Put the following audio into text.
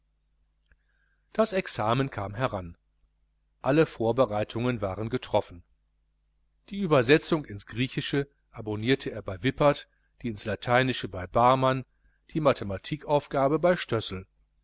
das examen kam heran alle vorbereitungen waren getroffen die übersetzung ins griechische abonnierte er bei wippert die ins lateinische bei barmann die mathematikaufgabe bei stössel